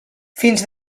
fins